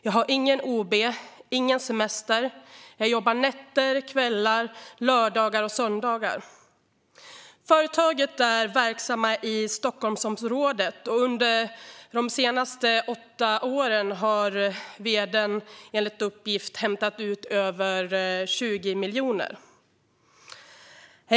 Jag hade ingen ob, ingen semester, och jag jobbade nätter, kvällar, lördagar och söndagar. Företaget är verksamt i Stockholmsområdet, och under de senaste åtta åren har vd:n enligt uppgift hämtat ut över 20 miljoner.